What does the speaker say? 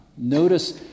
Notice